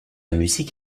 musique